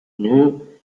new